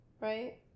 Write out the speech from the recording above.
right